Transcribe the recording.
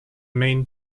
main